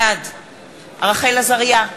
בעד רחל עזריה,